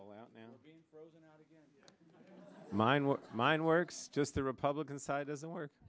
yell out now mine were mine works just the republican side doesn't work